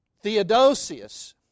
Theodosius